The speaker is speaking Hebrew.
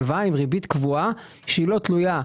הלוואה עם ריבית קבועה שהיא לא תלויה ברווחים,